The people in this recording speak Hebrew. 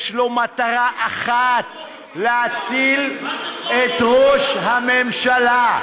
יש לו מטרה אחת: להציל את ראש הממשלה.